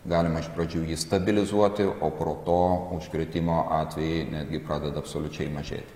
galima iš pradžių jį stabilizuoti o pro to užkrėtimo atvejai netgi pradeda absoliučiai mažėti